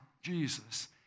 Jesus